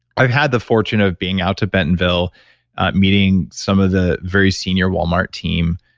i've had the fortune of being out to bentonville meeting some of the very senior walmart team,